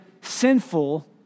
sinful